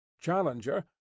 Challenger